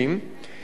ולכן,